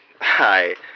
Hi